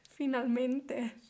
Finalmente